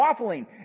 waffling